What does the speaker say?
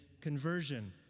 conversion